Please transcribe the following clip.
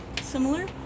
similar